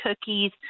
cookies